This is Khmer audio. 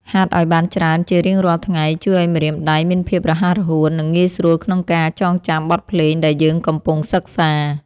ហាត់ឱ្យបានច្រើនជារៀងរាល់ថ្ងៃជួយឱ្យម្រាមដៃមានភាពរហ័សរហួន និងងាយស្រួលក្នុងការចងចាំបទភ្លេងដែលយើងកំពុងសិក្សា។